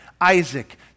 Isaac